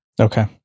Okay